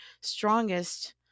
strongest